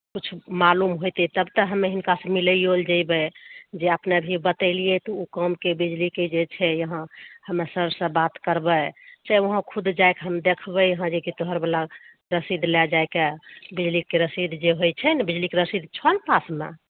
किछु मालूम होइतै तब तऽ हमे हिनका सऽ मिलैयो लए जैबै जे अपने बतैलियै तऽ ओ कामके बिजलीके जे छै यहां हमे सब सऽ बात करबै चाहे वहाॅं खुद जाइ कऽ हम देखबै यहां जे कि तोहर बला रसीद लए जाइ कऽ बिजलीके रसीद जे होइ छै ने बिजलीके रसीद छऽ ने पासमे